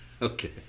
Okay